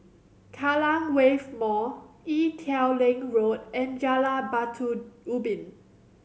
Kallang Wave Mall Ee Teow Leng Road and Jalan Batu Ubin